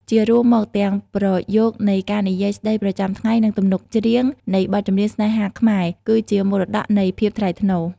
ជារួមមក ទាំងប្រយោគនៃការនិយាយស្តីប្រចាំថ្ងៃ និងទំនុកច្រៀងនៃបទចម្រៀងស្នេហាខ្មែរ គឺជាមរតកនៃ "ភាពថ្លៃថ្នូរ"។